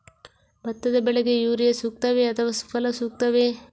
ಭತ್ತದ ಬೆಳೆಗೆ ಯೂರಿಯಾ ಸೂಕ್ತವೇ ಅಥವಾ ಸುಫಲ ಸೂಕ್ತವೇ?